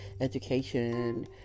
education